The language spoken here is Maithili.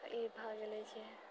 तऽ ई भऽ गेलय जे